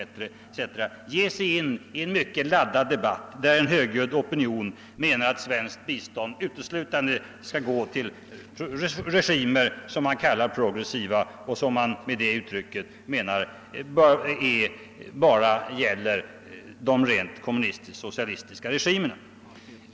ger sig in på en debatt där en högljudd opinion menar, att svenskt bistånd uteslutande skall gå till s.k. progressiva regimer, en beteckning som man brukar förbehålla de rent kommunistiska-socialistiska regimerna.